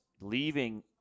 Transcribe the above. Leaving